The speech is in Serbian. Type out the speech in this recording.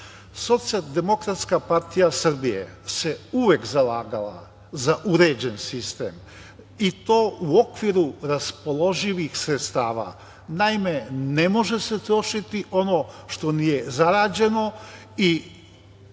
zaposlenih. Socijaldemokratska partija Srbije se uvek zalagala za uređen sistem i to u okviru raspoloživih sredstava. Naime, ne može se trošiti ono što nije zarađeno i